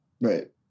Right